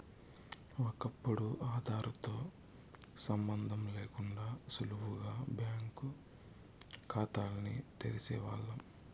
ఒకప్పుడు ఆదార్ తో సంబందం లేకుండా సులువుగా బ్యాంకు కాతాల్ని తెరిసేవాల్లం